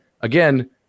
again